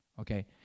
okay